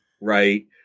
right